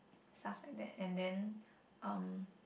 stuff like that and then um